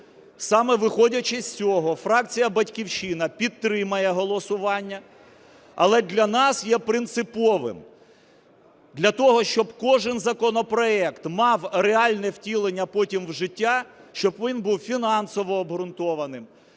Саме виходячи з цього, фракція "Батьківщина" підтримає голосування. Але для нас є принциповим, для того, щоб кожен законопроект мав реальне втілення потім в життя, щоб він був фінансово обґрунтованим,